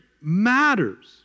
matters